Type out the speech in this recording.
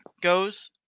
goes